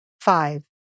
five